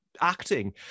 acting